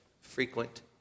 frequent